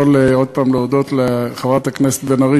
יכול עוד פעם להודות לחברת הכנסת בן ארי,